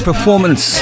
performance